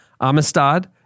Amistad